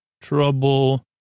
trouble